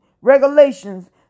regulations